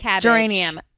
Geranium